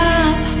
up